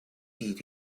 did